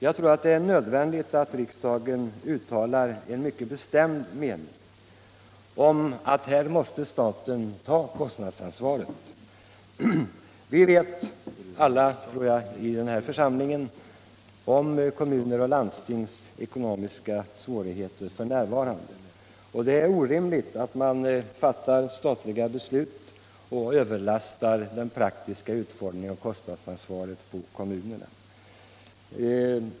Jag tror det är nödvändigt att riksdagen uttalar en mycket bestämd mening om att staten måste ta kostnadsansvaret. Alla i denna församling känner ull kommunernas och landstingens ckonomiska svårigheter fin. Det är orimligt att fatta statliga beslut och överlasta den praktiska utformningen och kostnadsansvaret på kommunerna.